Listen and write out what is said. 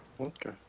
okay